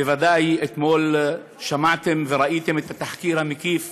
בוודאי אתמול שמעתם וראיתם את התחקיר המקיף